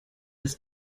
ist